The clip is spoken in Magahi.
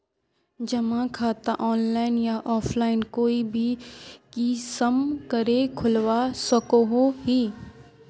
जमा खाता ऑनलाइन या ऑफलाइन कोई भी किसम करे खोलवा सकोहो ही?